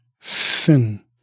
sin